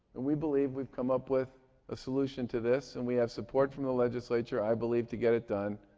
and we believe we've come up with a solution to this, and we have support from the legislature, i believe, to get it done,